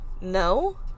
No